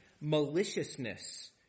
maliciousness